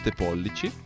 pollici